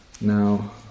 Now